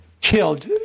killed